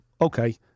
okay